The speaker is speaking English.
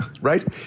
right